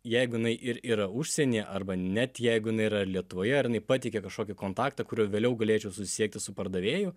jeigu jinai ir yra užsienyje arba net jeigu jinai yra lietuvoje ar jinai pateikia kažkokį kontaktą kuriuo vėliau galėčiau susisiekti su pardavėju